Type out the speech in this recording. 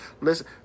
Listen